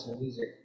music